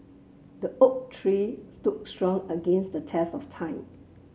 the oak tree stood strong against the test of time